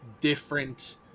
different